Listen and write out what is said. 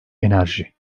enerji